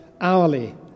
hourly